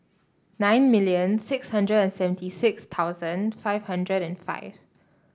nine million six hundred and seventy six thousand five hundred and five